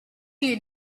you